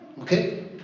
Okay